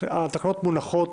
התקנות מונחות